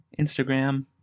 Instagram